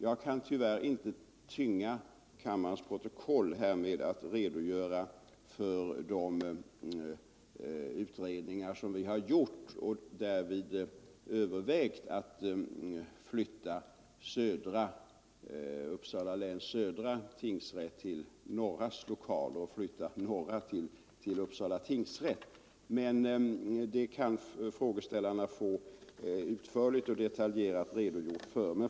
Jag kan tyvärr inte tynga kammarens protokoll med att redogöra för de utredningar vi har gjort varvid vi har övervägt att flytta Uppsala läns södra tingsrätt till norra tingsrättens lokaler och flytta norra tingsrätten till södra tingsrättens lokaler, men det kan frågeställarna få en utförlig och detaljerad redogörelse för.